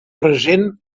present